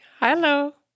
Hello